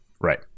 right